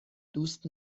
دوست